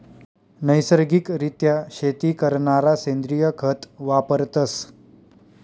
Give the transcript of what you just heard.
नैसर्गिक रित्या शेती करणारा सेंद्रिय खत वापरतस